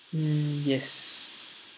mm yes